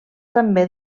també